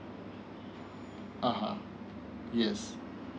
a'ah yes